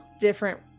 different